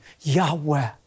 Yahweh